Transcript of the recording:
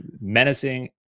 menacing